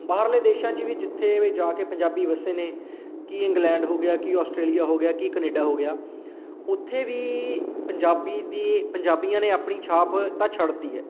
ਬਾਹਰਲੇ ਦੇਸ਼ਾਂ 'ਚ ਵੀ ਜਿੱਥੇ ਜਾ ਕੇ ਪੰਜਾਬੀ ਵਸੇ ਨੇ ਕੀ ਇੰਗਲੈਂਡ ਹੋ ਗਿਆ ਕੀ ਆਸਟ੍ਰੇਲੀਆ ਹੋ ਗਿਆ ਕੀ ਕਨੇਡਾ ਹੋ ਗਿਆ ਉੱਥੇ ਵੀ ਪੰਜਾਬੀ ਦੀ ਪੰਜਾਬੀਆਂ ਨੇ ਆਪਣੀ ਛਾਪ ਤਾਂ ਛੱਡ ਦਿੱਤੀ ਹੈ